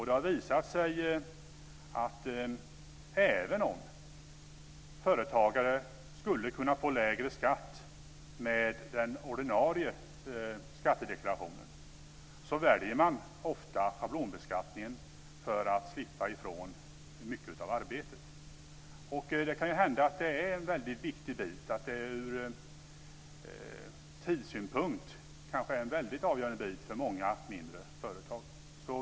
Det har visat sig att även om företagare skulle kunna få lägre skatt med den ordinarie skattedeklarationen, väljer man ofta schablonbeskattningen för att slippa ifrån mycket av arbetet. Det kan hända att det är en väldigt viktig bit - från tidssynpunkt kanske det är en avgörande bit för många mindre företag.